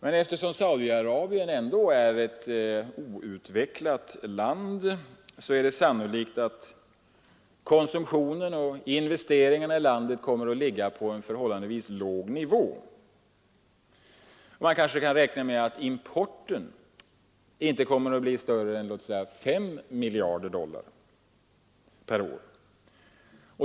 Men eftersom landet ändå är ett outvecklat land är det sannolikt att konsumtion och investeringar i landet kommer att ligga på en förhållandevis låg nivå. Importen kanske inte blir större än låt oss säga 5 miljarder dollar per år.